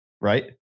right